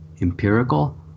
empirical